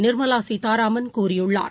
நிர்மலா சீதாராமன் கூறியுள்ளார்